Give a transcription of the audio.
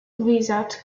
without